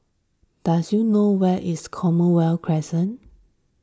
does you know where is Commonwealth Crescent